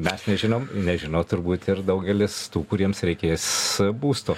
mes nežinom nežino turbūt ir daugelis tų kuriems reikės būsto